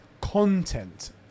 content